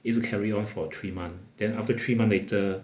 一直 carry on for three month then after three months later